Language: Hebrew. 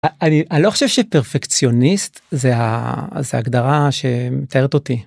אני לא חושב שפרפקציוניסט זה ההגדרה שמתארת אותי.